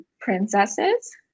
princesses